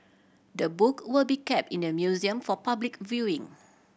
the book will be kept in the museum for public viewing